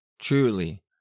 truly